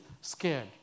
scared